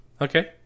okay